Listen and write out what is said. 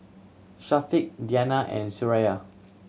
Syafiq Diyana and Suraya